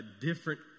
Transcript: different